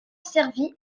servie